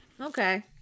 Okay